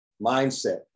mindset